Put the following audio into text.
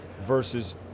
versus